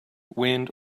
wind